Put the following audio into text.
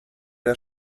der